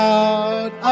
out